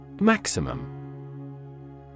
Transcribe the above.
Maximum